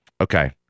Okay